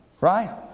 right